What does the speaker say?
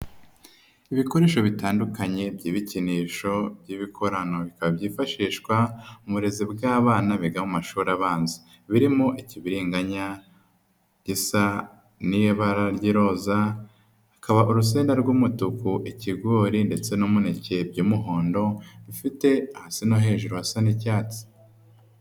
lbikoresho bitandukanye by'ibikinisho by'ibikorano ,bikaba byifashishwa mu burezi bw'abana biga mu mashuri abanza, birimo; ikibiriganya gisa n'ibara ry'iroza, hakaba urusenda rw'umutuku, ikigori ,ndetse n'umuneke by'umuhondo, bifite hasi no hejuru hasa n'icyatsi.